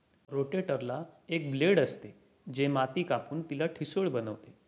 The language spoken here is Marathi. रोटेटरला एक ब्लेड असते, जे माती कापून तिला ठिसूळ बनवते